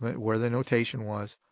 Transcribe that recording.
where the notation was,